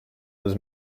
was